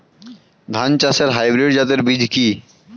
ধান চাষের হাইব্রিড জাতের বীজ কি?